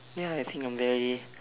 ya I think I'm very